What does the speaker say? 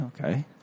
okay